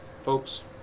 Folks